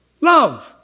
love